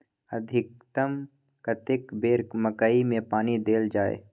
अधिकतम कतेक बेर मकई मे पानी देल जाय?